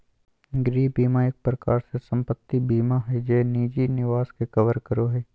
गृह बीमा एक प्रकार से सम्पत्ति बीमा हय जे निजी निवास के कवर करो हय